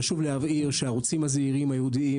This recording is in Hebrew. חשוב להבהיר שהערוצים הזעירים הייעודיים